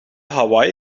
hawaï